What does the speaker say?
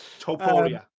Toporia